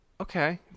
Okay